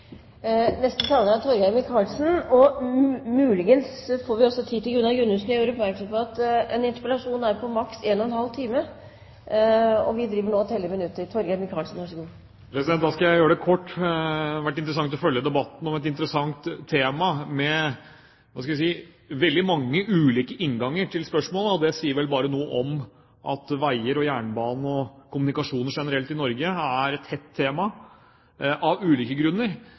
Neste taler er Torgeir Micaelsen, og muligens får vi også tid til Gunnar Gundersen. Presidenten gjør oppmerksom på at en interpellasjon er på maksimalt 1½ time, og vi driver nå og teller minutter. Da skal jeg gjøre det kort. Det har vært interessant å følge debatten, om et interessant tema, med – hva skal jeg si – veldig mange ulike innganger til spørsmålet. Det sier vel bare noe om at veier og jernbane og kommunikasjoner generelt i Norge er et hett tema – av ulike grunner.